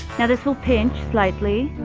now this will pinch, slightly